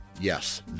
Yes